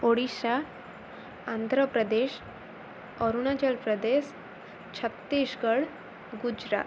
Odisha Andhra Pradesh Arunachal Pradesh Chhattisgarh Gujarat